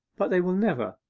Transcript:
but they will never,